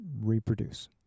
reproduce